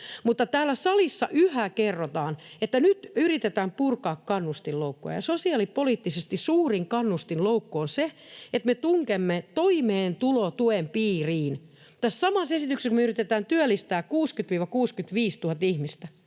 mutta täällä salissa yhä kerrotaan, että nyt yritetään purkaa kannustinloukkuja. Sosiaalipoliittisesti suurin kannustinloukku on se, että me tungemme toimeentulotuen piiriin. Tässä samassa esityksessä, kun me yritetään työllistää 60 000—65 000 ihmistä,